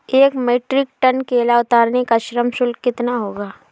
एक metric ton केला उतारने का श्रम शुल्क कितना होगा?